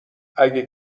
اگه